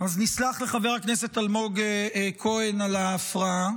אז נסלח לחבר הכנסת אלמוג כהן על ההפרעה